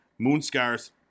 Moonscars